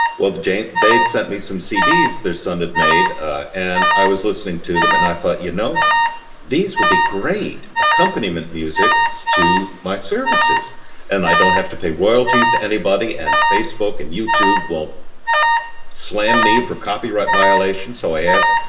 well they'd sent me some cds their son had made ah and i was listening to them and i thought you know these will be great accompaniment music to my services and i don't have to pay royalties to anybody and facebook and youtube won't slam me for copyright violations so i asked,